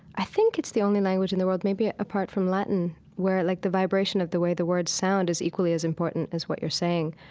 i think it's the only language in the world maybe apart from latin where, like, the vibration of the way the words sound is equally as important as what you're saying.